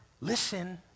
Listen